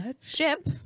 ship